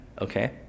okay